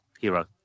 hero